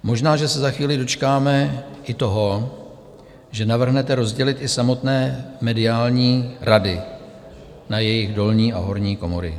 Možná že se za chvíli dočkáme i toho, že navrhnete rozdělit i samotné mediální rady na jejich dolní a horní komory.